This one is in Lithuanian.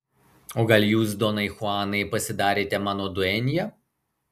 o gal jūs donai chuanai pasidarėte mano duenja